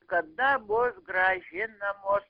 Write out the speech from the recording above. kada bus grąžinamos